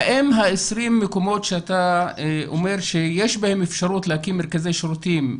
האם ה-20 מקומות שאתה אומר שיש בהם אפשרות להקים מרכזי שירותים,